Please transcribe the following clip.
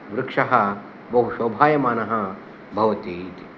वृक्षः बहु शोभायमानः भवति इति